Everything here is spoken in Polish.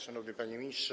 Szanowny Panie Ministrze!